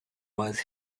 was